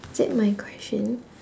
is it my question